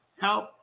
Help